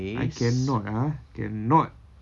I cannot ah cannot